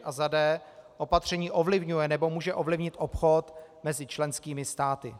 d) opatření ovlivňuje nebo může ovlivnit obchod mezi členskými státy.